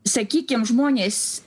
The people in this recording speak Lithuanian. sakykim žmonės